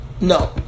No